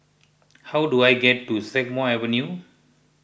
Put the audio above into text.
how do I get to Strathmore Avenue